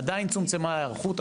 עדיין צומצמה ההיערכות,